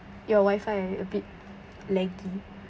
your WIFI a bit laggy